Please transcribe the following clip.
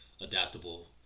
adaptable